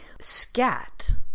Scat